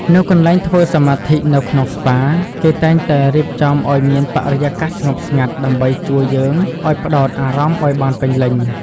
នៅកន្លែងធ្វើសមាធិនៅក្នុងស្ប៉ា គេតែងតែរៀបចំឲ្យមានបរិយាកាសស្ងប់ស្ងាត់ដើម្បីជួយយើងឱ្យផ្តោតអារម្មណ៍ឱ្យបានពេញលេញ។